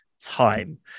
time